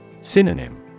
Synonym